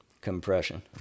Compression